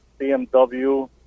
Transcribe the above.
BMW